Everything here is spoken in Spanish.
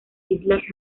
islas